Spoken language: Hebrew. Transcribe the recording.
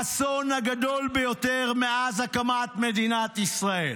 האסון הגדול ביותר מאז הקמת מדינת ישראל,